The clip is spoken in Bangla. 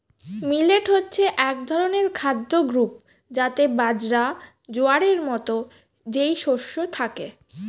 মিলেট হচ্ছে এক ধরনের খাদ্য গ্রূপ যাতে বাজরা, জোয়ারের মতো যেই শস্য থাকে